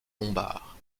lombards